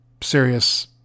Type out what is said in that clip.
serious